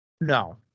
No